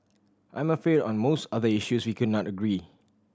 I am afraid on most other issues we could not agree